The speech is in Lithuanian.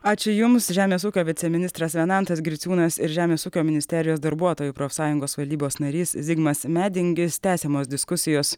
ačiū jums žemės ūkio viceministras venantas griciūnas ir žemės ūkio ministerijos darbuotojų profsąjungos valdybos narys zigmas medingis tęsiamos diskusijos